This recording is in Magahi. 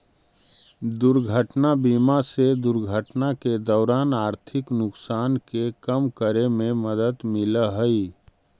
दुर्घटना बीमा से दुर्घटना के दौरान आर्थिक नुकसान के कम करे में मदद मिलऽ हई